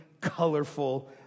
colorful